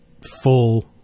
full